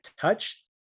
touch